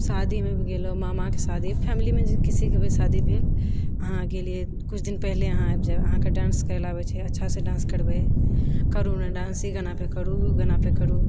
शादीमे भी गेलो हँ मामाके शादी फेमिलीमे किसीके भी शादी भेल अहाँ गेलिए किछु दिन पहिले अहाँ आबि जाएब अहाँकेँ डान्स करए लए आबैछै अच्छासँ डान्स करबए करु नहि डान्स ई गाना पर करु ओ गाना पर करु